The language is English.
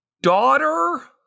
daughter